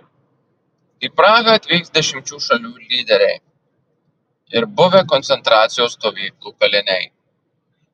į prahą atvyks dešimčių šalių lyderiai ir buvę koncentracijos stovyklų kaliniai